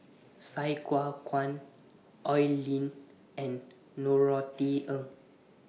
Sai Kua Kuan Oi Lin and Norothy Ng